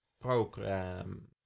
program